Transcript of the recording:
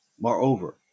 Moreover